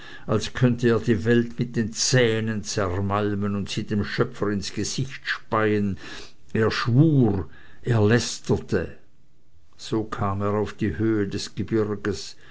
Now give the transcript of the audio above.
als könnte er die welt mit den zähnen zermalmen und sie dem schöpfer ins gesicht speien er schwur er lästerte so kam er auf die höhe des gebirges